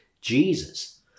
Jesus